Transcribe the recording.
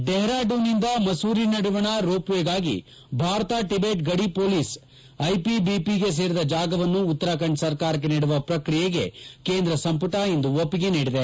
ಡೆಹ್ರಾಡೂನ್ ನಿಂದ ಮಸೂರಿ ನಡುವಣ ರೋಪ್ವೇಗಾಗಿ ಭಾರತ ಟಿದೆಟ್ ಗಡಿ ಪೊಲೀಸ್ ಐಪಿಬಿಪಿಗೆ ಸೇರಿದ ಜಾಗವನ್ನು ಉತ್ತರಾಖಂಡ ಸರ್ಕಾರಕ್ಕೆ ನೀಡುವ ಪ್ರಕ್ರಿಯೆಗೆ ಕೇಂದ್ರ ಸಂಪುಟ ಇಂದು ಒಪ್ಪಿಗೆ ನೀಡಿದೆ